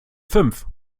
fünf